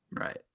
Right